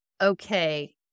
okay